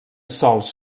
sòls